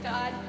God